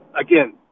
again